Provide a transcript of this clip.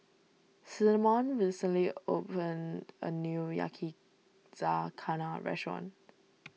Cinnamon recently opened a new Yakizakana restaurant